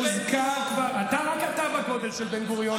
אתה לא בן-גוריון,